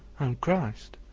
i'm christ.